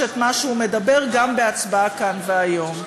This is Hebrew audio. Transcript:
את מה שהוא מדבר גם בהצבעה כאן והיום.